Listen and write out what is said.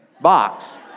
box